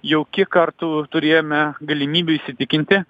jau kiek kartų turėjome galimybę įsitikinti